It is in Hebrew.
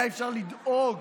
היה אפשר לדאוג